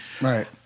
Right